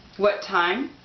what time?